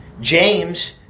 James